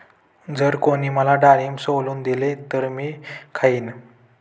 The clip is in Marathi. जर कोणी मला डाळिंब सोलून दिले तर मी खाईन